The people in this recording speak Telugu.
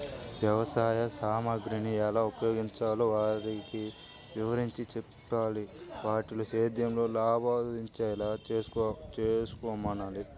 వ్యవసాయ సామగ్రిని ఎలా ఉపయోగించాలో వారికి వివరించి చెప్పాలి, వాటితో సేద్యంలో లాభాలొచ్చేలా చేసుకోమనాలి